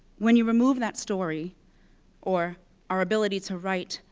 when you remove that story or our ability to write,